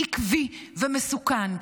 עקבי ומסוכן,